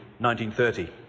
1930